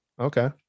Okay